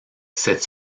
cette